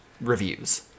reviews